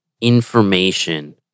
information